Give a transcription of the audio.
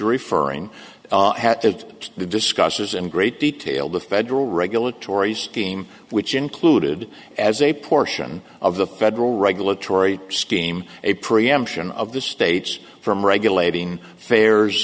referring to the discussion is in great detail the federal regulatory scheme which included as a portion of the federal regulatory scheme a preemption of the states from regulating fares